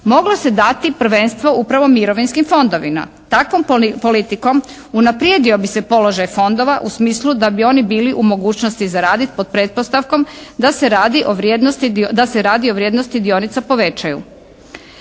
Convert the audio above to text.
moglo se dati prvenstvo upravo mirovinskim fondovima. Takvog politikom unaprijedio bi se položaj fondova u smislu da bi oni bili u mogućnost zaraditi pod pretpostavkom da se radi o vrijednosti dionica povećaju.